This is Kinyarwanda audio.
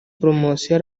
promosiyo